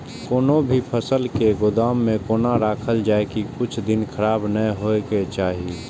कोनो भी फसल के गोदाम में कोना राखल जाय की कुछ दिन खराब ने होय के चाही?